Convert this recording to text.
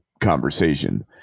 conversation